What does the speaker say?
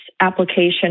application